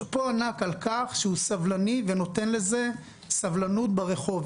שאפו ענק על כך שהוא סבלני ונותן לזה סבלנות ברחוב.